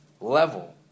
level